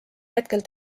hetkel